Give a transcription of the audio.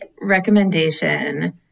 recommendation